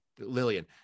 Lillian